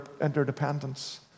interdependence